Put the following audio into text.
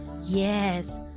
Yes